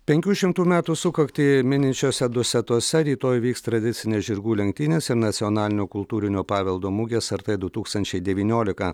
penkių šimtų metų sukaktį mininčiose dusetose rytoj vyks tradicinės žirgų lenktynės ir nacionalinio kultūrinio paveldo mugės sartai du tūkstančiai devyniolika